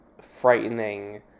frightening